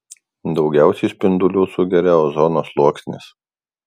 daugiausiai spindulių sugeria ozono sluoksnis